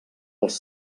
els